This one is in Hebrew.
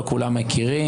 לא כולם מכירים,